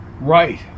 Right